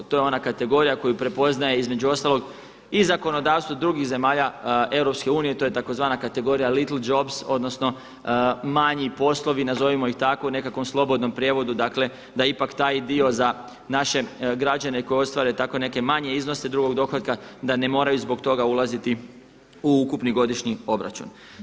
To je ona kategorija koju prepoznaje između ostalog i zakonodavstvo drugih zemalja EU, to je tzv. kategorija little jobs odnosno manji poslovi nazovimo ih tako u nekakvom slobodnom prijevodu, dakle da ipak taj dio za naše građane koji ostvare tako neke manje iznose drugog dohotka da ne moraju zbog toga ulaziti u ukupni godišnji obračun.